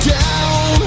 down